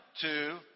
two